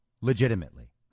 legitimately